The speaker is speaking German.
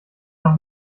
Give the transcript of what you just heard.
auch